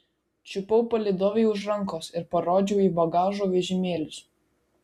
čiupau palydovei už rankos ir parodžiau į bagažo vežimėlius